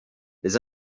les